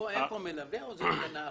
אין פה מלווה או זה רק הנהג?